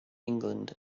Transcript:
england